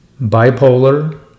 bipolar